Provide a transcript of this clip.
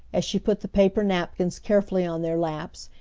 as she put the paper napkins carefully on their laps,